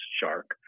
shark